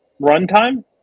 runtime